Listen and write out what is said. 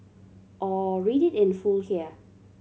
or read it in full here